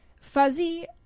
Fuzzy